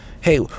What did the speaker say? Hey